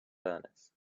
furnace